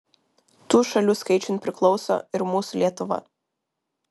tų šalių skaičiun priklauso ir mūsų lietuva